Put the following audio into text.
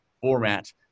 format